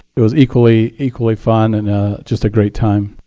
it was equally equally fun and just a great time.